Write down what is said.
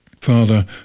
Father